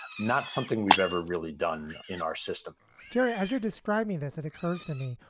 not something we've ever really done in our system jerry, as you're describing this, it occurs to me,